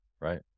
right